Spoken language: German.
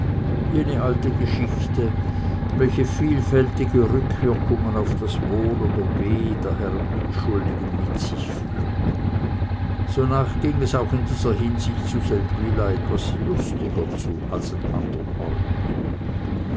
jene alte geschichte welche vielfältige rückwirkungen auf das wohl oder weh der herren mitschuldigen mit sich führt sonach ging es auch in dieser hinsicht zu seldwyla etwas lustiger zu als an anderen orten